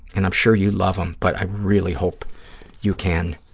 and i'm sure you love them, but i really hope you can,